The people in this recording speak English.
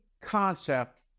concept